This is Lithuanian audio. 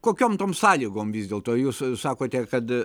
kokiom tom sąlygom vis dėlto jus sakote kad